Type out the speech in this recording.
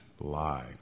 lie